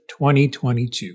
2022